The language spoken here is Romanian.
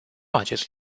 acest